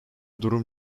durum